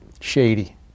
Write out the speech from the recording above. Shady